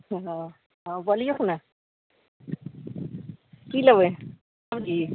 हँ हँ बोलियौक ने की लेबय सब्जी